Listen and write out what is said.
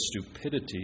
stupidity